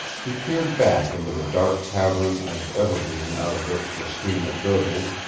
he peered back into the dark cavern of evergreen out of which the streamlet gurgled,